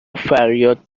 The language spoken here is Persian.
فریاد